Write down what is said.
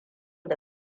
da